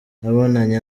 nabonanye